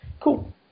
cool